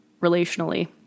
relationally